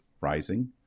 rising